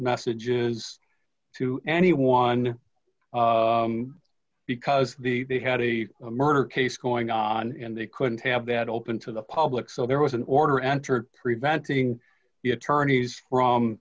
messages to anyone because the they had a murder case going on and they couldn't have that open to the public so there was an order entered preventing the attorneys